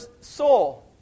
soul